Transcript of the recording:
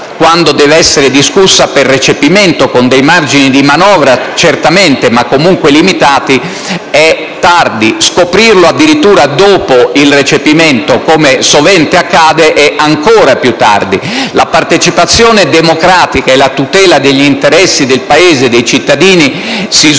e deve essere discussa per il recepimento ‑ certamente con margini di manovra, ma comunque limitati ‑ è tardi. Scoprirli addirittura dopo il recepimento, come sovente accade, è ancora più tardi. La partecipazione democratica e la tutela degli interessi del Paese e dei cittadini si svolgono